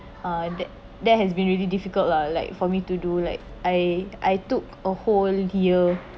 uh tha~ that has been really difficult lah like for me to do like I I took a whole year